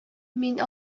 мин